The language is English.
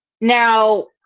now